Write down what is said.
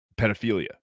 pedophilia